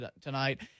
tonight